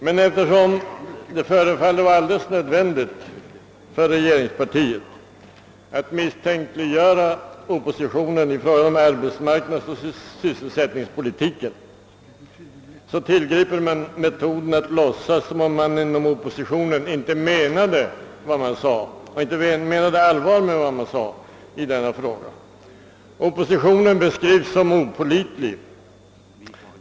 Men eftersom det förefaller vara alldeles nödvändigt för regeringspartiet att misstänkliggöra oppositionen i fråga om arbetsmarknadsoch sysselsättningspolitiken tillgriper socialdemokraterna metoden att låtsas som om oppositionspartiernas företrädare inte menade allvar med vad de sagt i denna fråga. Oppositionen beskrivs som opålitlig.